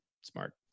Smart